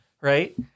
right